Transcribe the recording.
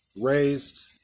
raised